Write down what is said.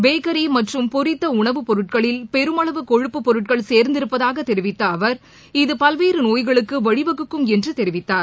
பேக்கரிமற்றம் பொரித்தடனவுப் பொருட்களில் பெருமளவு கொழுப்புப் பொருட்கள் சேர்ந்திருப்பதாகதெரிவித்தஅவர் இது பல்வேறுநோய்களுக்குவழிவகுக்கும் என்றுதெரிவித்தார்